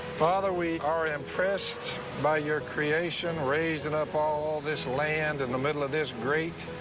father, we are impressed by your creation, raising up all this land in the middle of this great,